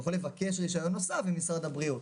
הוא יכול לבקש רישיון נוסף ממשרד הבריאות,